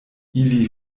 ili